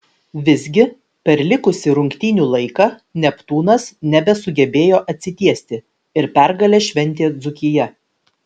visgi per likusį rungtynių laiką neptūnas nebesugebėjo atsitiesti ir pergalę šventė dzūkija